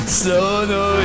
sono